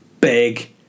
big